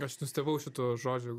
aš nustebau šituo žodžiu